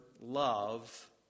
love